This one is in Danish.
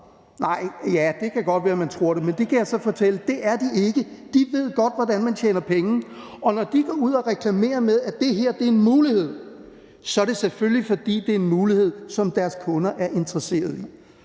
Ja, det kan godt være, at man tror det, men det kan jeg så fortælle de ikke er. De ved godt, hvordan man tjener penge, og når de går ud og reklamerer med, at det her er en mulighed, er det selvfølgelig, fordi det er en mulighed, som deres kunder er interesserede i.